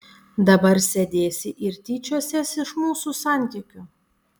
dabar sėdėsi ir tyčiosies iš mūsų santykių